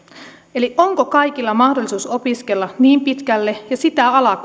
eli onko kaikilla mahdollisuus opiskella niin pitkälle ja sitä alaa